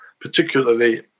particularly